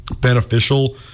beneficial